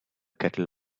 kettle